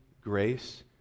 grace